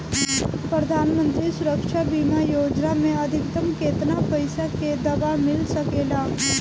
प्रधानमंत्री सुरक्षा बीमा योजना मे अधिक्तम केतना पइसा के दवा मिल सके ला?